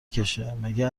کشهمگه